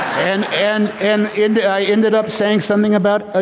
and and and in the i end and up saying something about ah